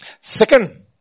Second